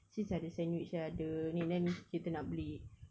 since ada sandwich and ada ni then kita nak beli